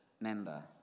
member